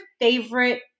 favorite